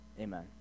Amen